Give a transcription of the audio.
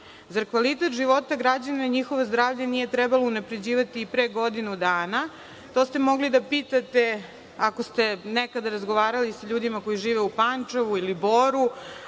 Zar kvalitet života građana i njihovo zdravlje nije trebalo unapređivati i pre godinu dana? To ste mogli da pitate, ako ste nekada razgovarali sa ljudima koji žive u Pančevu ili u Boru,